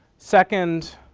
second,